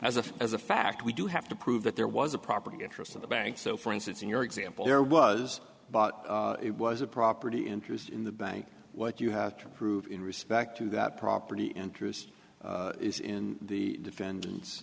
as a as a fact we do have to prove that there was a property interest of the bank so for instance in your example there was but it was a property interest in the bank what you have to prove in respect to that property interest is in the defendant